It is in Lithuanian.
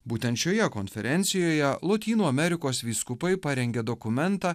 būtent šioje konferencijoje lotynų amerikos vyskupai parengė dokumentą